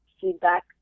feedback